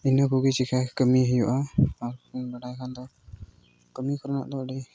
ᱤᱱᱟᱹ ᱠᱚᱜᱮ ᱪᱤᱠᱟᱹ ᱠᱟᱹᱢᱤ ᱦᱩᱭᱩᱜᱼᱟ ᱟᱨ ᱵᱟᱢ ᱵᱟᱲᱟᱭ ᱠᱷᱟᱱ ᱫᱚ ᱠᱟᱹᱢᱤ ᱠᱚᱨᱮᱱᱟᱜ ᱫᱚ ᱟᱹᱰᱤ